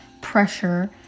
pressure